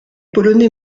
polonais